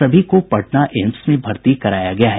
सभी को पटना एम्स में भर्ती कराया गया है